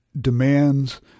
demands